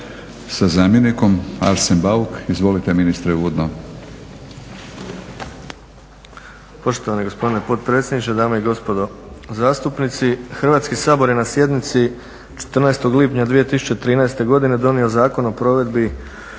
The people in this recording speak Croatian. sa zamjenikom. Arsen Bauk, izvolite ministre uvodno.